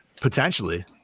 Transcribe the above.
Potentially